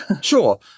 Sure